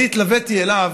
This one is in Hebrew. אני התלוויתי אליו